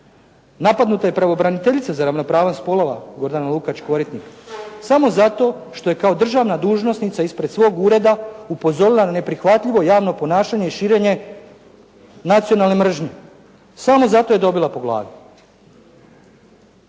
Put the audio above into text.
Napadnuta je i pravobraniteljica za ravnopravnost spolova Gordana Lukač Koritnik samo zato što je kao državna dužnosnica ispred svog ureda upozorila na neprihvatljivo javno ponašanje i širenje nacionalne mržnje. Samo zato je dobila po glavi